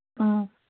ꯑ